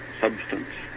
substance